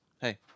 Hey